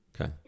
Okay